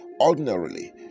ordinarily